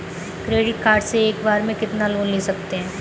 Credit card से एक बार में कितना लोन ले सकते हैं?